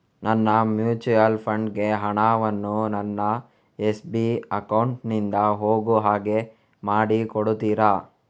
ನನ್ನ mutual fund ಗೆ ಹಣ ವನ್ನು ನನ್ನ ಎಸ್.ಬಿ ಅಕೌಂಟ್ ನಿಂದ ಹೋಗು ಹಾಗೆ ಮಾಡಿಕೊಡುತ್ತೀರಾ?